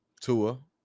Tua